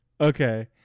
Okay